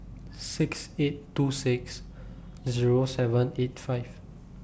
six eight two six Zero seven eight five